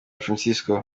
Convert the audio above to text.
francisco